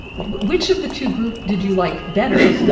which of the two groups did you like better,